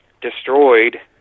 destroyed